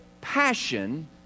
passion